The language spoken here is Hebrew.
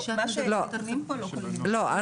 לא,